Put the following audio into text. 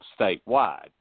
Statewide